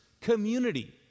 community